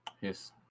Yes